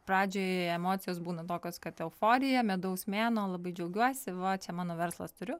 pradžioje emocijos būna tokios kad euforija medaus mėnuo labai džiaugiuosi va čia mano verslas turiu